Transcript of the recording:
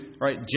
right